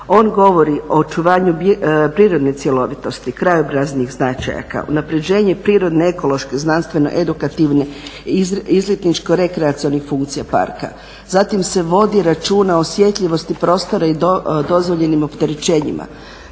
On govori o očuvanju prirodne cjelovitosti, krajobraznih značajaka, unaprjeđenje prirodne ekološke, znanstveno edukativne, izletničko rekreacionih funkcija parka, zatim se vodi računa o osjetljivosti prostora i dozvoljenim opterećenjima,